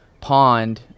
pond